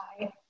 Hi